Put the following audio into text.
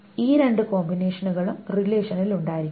ഈ രണ്ട് കോമ്പിനേഷനുകളും റിലേഷനിൽ ഉണ്ടായിരിക്കണം